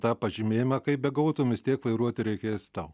tą pažymėjimą kaip begautum vis tiek vairuoti reikės tau